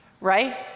Right